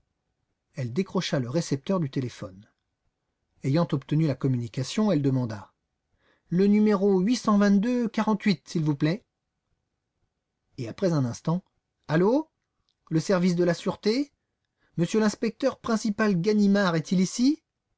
elle décrocha le récepteur du téléphone ayant obtenu la communication elle demanda le numéro sil vous plaît et après un instant allô le service de la sûreté m l'inspecteur principal ganimard est-il ici